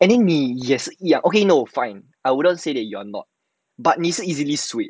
and then 你也是一样 okay no fine I wouldn't say that you are not but 你是 easily swayed